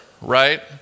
right